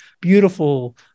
beautiful